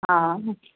हा